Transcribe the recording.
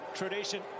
tradition